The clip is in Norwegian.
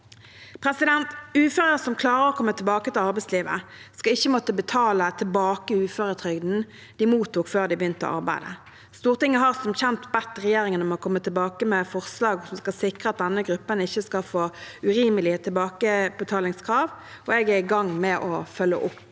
hensynene. Uføre som klarer å komme tilbake til arbeidslivet, skal ikke måtte betale tilbake uføretrygden de mottok før de begynte å arbeide. Stortinget har som kjent bedt regjeringen om å komme tilbake med forslag som skal sikre at denne gruppen ikke skal få urimelige tilbakebetalingskrav, og jeg er i gang med å følge opp